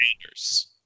Sanders